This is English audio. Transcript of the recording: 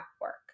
work